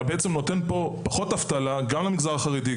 אתה יוצר פה פחות אבטלה גם למגזר החרדי,